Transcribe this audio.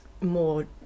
more